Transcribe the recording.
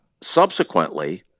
subsequently